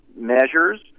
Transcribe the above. measures